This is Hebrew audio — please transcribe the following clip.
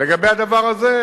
לגבי הדבר הזה,